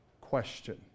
question